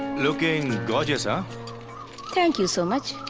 looking gorgeous. ah thank you so much.